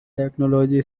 technology